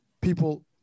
people